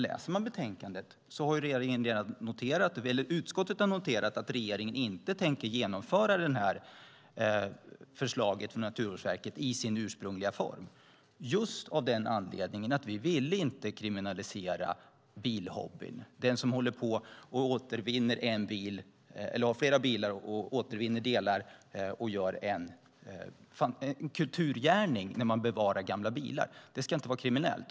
I betänkandet framgår att utskottet har noterat att regeringen inte tänker genomföra Naturvårdsverkets förslag i sin ursprungliga form, just av den anledningen att vi inte ville kriminalisera bilhobbyn att återvinna bildelar. Man gör en kulturgärning när man bevarar gamla bilar. Det ska inte vara kriminellt.